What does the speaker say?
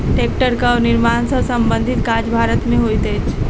टेक्टरक निर्माण सॅ संबंधित काज भारत मे होइत अछि